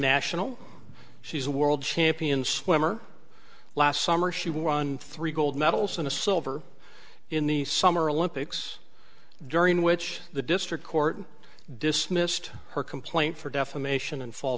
national she's a world champion swimmer last summer she won three gold medals in a silver in the summer olympics during which the district court dismissed her complaint for defamation and